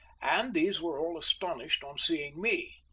and these were all astonished on seeing me.